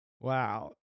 Wow